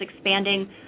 expanding